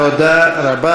תודה רבה.